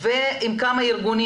ועם כמה ארגונים,